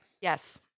Yes